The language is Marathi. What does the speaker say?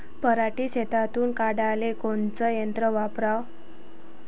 पराटी शेतातुन काढाले कोनचं यंत्र वापराव?